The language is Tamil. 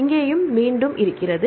இங்கேயும் மீண்டும் இருக்கிறது